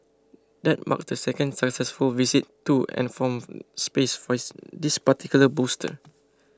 that marks the second successful visit to and from space for this particular booster